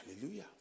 Hallelujah